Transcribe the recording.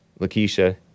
Lakeisha